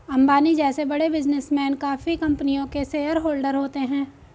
अंबानी जैसे बड़े बिजनेसमैन काफी कंपनियों के शेयरहोलडर होते हैं